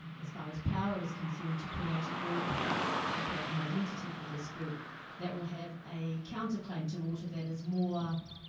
as far as power is concerned, to create a group and create an identity for this group that will have a counterclaim to water that is more